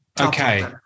okay